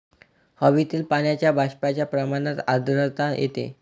हवेतील पाण्याच्या बाष्पाच्या प्रमाणात आर्द्रता येते